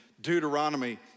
Deuteronomy